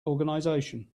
organization